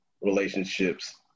relationships